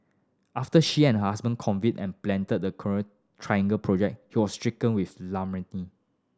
after she and her husband and planned the Coral Triangle project he was stricken with